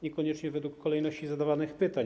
Niekoniecznie według kolejności zadawania pytań.